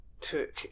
took